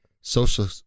Social